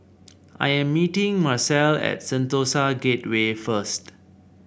I am meeting Marcelle at Sentosa Gateway first